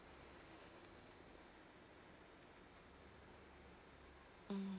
mm